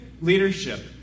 leadership